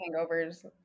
hangovers